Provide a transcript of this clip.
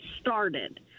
started